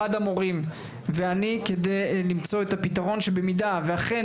ועד המורים ואני כדי למצוא את הפתרון שבמידה ואכן